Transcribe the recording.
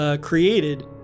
created